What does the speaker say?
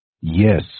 Yes